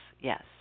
yes